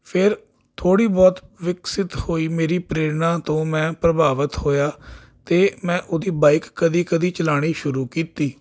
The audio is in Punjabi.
ਫਿਰ ਥੋੜ੍ਹੀ ਬਹੁਤ ਵਿਕਸਿਤ ਹੋਈ ਮੇਰੀ ਪ੍ਰੇਰਣਾ ਤੋਂ ਮੈਂ ਪ੍ਰਭਾਵਿਤ ਹੋਇਆ ਅਤੇ ਮੈਂ ਉਹਦੀ ਬਾਈਕ ਕਦੇ ਕਦੇ ਚਲਾਉਣੀ ਸ਼ੁਰੂ ਕੀਤੀ